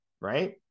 right